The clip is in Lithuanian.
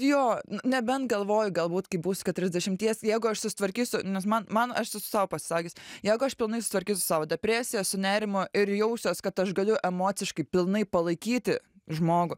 jo nebent galvoju galbūt kai būsiu keturiasdešimties jeigu aš susitvarkysiu nes man man aš esu sau pasisakius jeigu aš pilnai susitvarkysiu su savo depresija su nerimu ir jausiuos kad aš galiu emociškai pilnai palaikyti žmogų